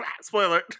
spoiler